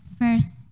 first